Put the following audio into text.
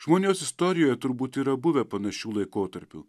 žmonijos istorijoje turbūt yra buvę panašių laikotarpių